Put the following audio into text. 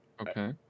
okay